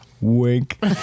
Wink